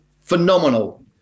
phenomenal